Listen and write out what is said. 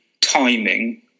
timing